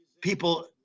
people